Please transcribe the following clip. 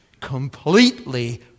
completely